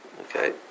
okay